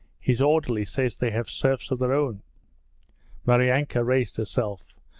his orderly says they have serfs of their own maryanka raised herself,